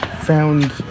found